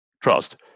trust